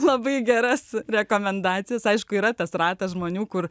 labai geras rekomendacijas aišku yra tas ratas žmonių kur